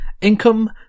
Income